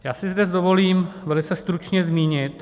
Já si zde dovolím velice stručně zmínit...